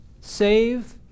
Save